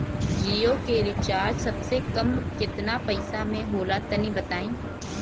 जियो के रिचार्ज सबसे कम केतना पईसा म होला तनि बताई?